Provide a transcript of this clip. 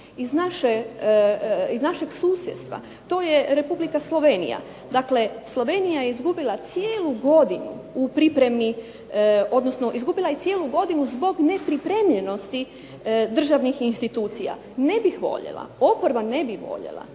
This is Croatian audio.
iz našeg susjedstva. To je Republika Slovenija. Dakle, Slovenija je izgubila cijelu godinu u pripremi, odnosno izgubila je cijelu godinu zbog nepripremljenosti državnih institucija. Ne bih voljela, oporba ne bi voljela